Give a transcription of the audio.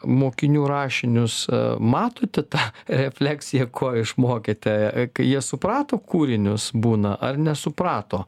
mokinių rašinius matote tą refleksiją ko išmokėte kai jie suprato kūrinius būna ar nesuprato